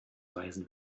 reisen